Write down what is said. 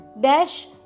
dash